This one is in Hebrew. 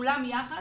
כולם היו יחד.